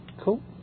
Cool